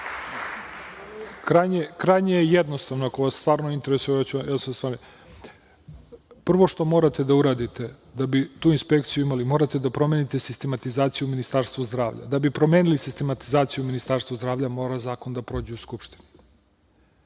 koga. Krajnje je jednostavno ako vas stvarno interesuje. Prvo što morate da uradite da bi tu inspekciju imali, morate da promenite sistematizaciju u Ministarstvu zdravlja, da bi promenili sistematizaciju u Ministarstvu zdravlja, mora zakon da prođe u Skupštini.